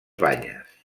banyes